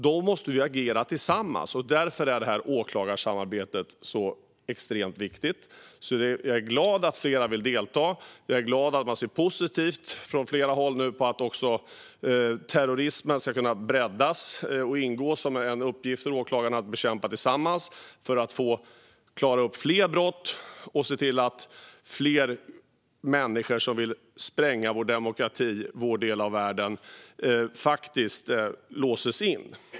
Då måste vi agera tillsammans, och därför är det här åklagarsamarbetet extremt viktigt. Jag är glad att fler vill delta, och jag är glad att man från flera håll nu ser positivt på att också terrorismen ska kunna ingå som en uppgift för åklagarna att jobba med tillsammans för att klara upp fler brott och se till att fler människor som vill spränga vår demokrati, vår del av världen, faktiskt låses in.